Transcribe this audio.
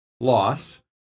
loss